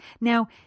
Now